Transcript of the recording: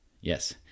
Yes